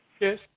Yes